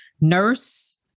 nurse